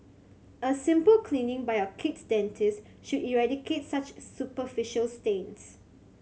a simple cleaning by your kid's dentist should eradicate such superficial stains